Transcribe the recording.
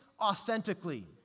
authentically